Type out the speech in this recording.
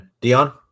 Dion